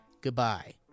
Goodbye